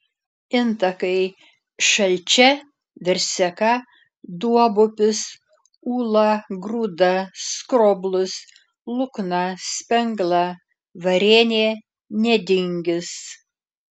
intakai šalčia verseka duobupis ūla grūda skroblus lukna spengla varėnė nedingis